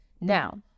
Now